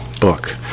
book